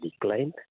declined